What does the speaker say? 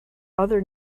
other